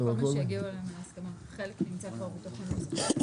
הכלכלית (תיקוני חקיקה ליישום המדיניות הכלכלית לשנות התקציב 2023